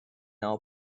now